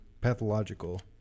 pathological